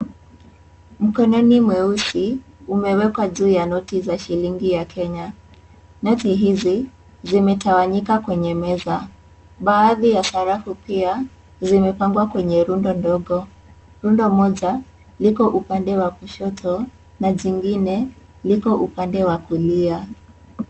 Mkononi mweusi umewekwa juu ya noti za shilingi ya Kenya. Noti hizi zimetawanyika kwenye meza. Baadhi ya sarafu pia zimepangwa kwenye rundo ndogo. Rundo moja liko upande wa kushoto na jingine liko upande wa kulia.